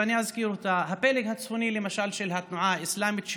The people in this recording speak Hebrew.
ואני אזכיר למשל את הפלג הצפוני של התנועה האסלאמית,